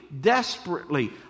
desperately